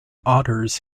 otters